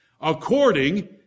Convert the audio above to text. According